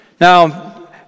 Now